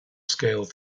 scale